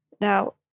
Now